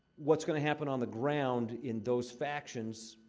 what's gonna happen on the ground, in those factions,